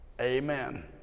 Amen